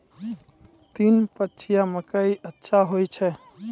तीन पछिया मकई अच्छा होय छै?